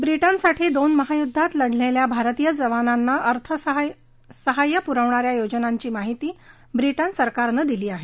ब्रिटनसाठी दोन महायुध्दात लढलेल्या भारतीय जवानांना सहाय्य पुरवणा या योजनांची माहिती ब्रिटन सरकारनं दिली आहे